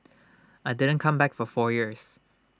I didn't come back for four years